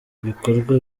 ibikorwa